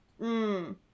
-hmm